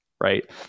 right